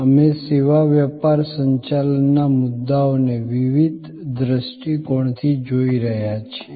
અમે સેવા વ્યાપાર સંચાલનના મુદ્દાઓને વિવિધ દ્રષ્ટિકોણથી જોઈ રહ્યા છીએ